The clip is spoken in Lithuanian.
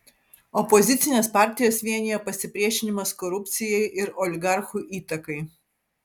opozicines partijas vienija pasipriešinimas korupcijai ir oligarchų įtakai